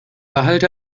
behalte